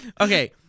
okay